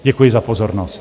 Děkuji za pozornost.